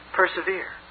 persevere